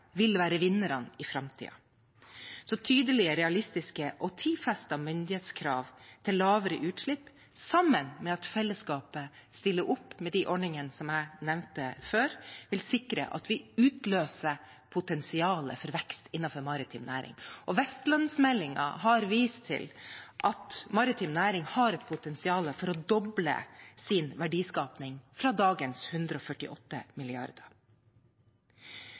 vil være vinnerne i framtiden. Tydelige, realistiske og tidfestede myndighetskrav til lavere utslipp, sammen med at fellesskapet stiller opp med de ordningene jeg nevnte ovenfor, vil sikre at vi utløser potensialet for vekst innenfor maritim næring. Vestlandsmeldingen har også vist til at maritim næring har et potensial for å doble sin verdiskaping fra dagens 148